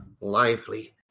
lively